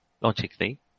logically